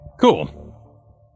Cool